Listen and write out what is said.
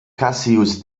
cassius